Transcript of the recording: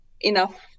enough